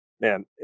man